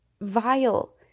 vile